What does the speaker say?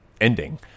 ending